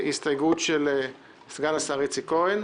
הסתייגות של סגן השר איציק כהן.